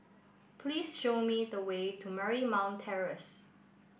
please show me the way to Marymount Terrace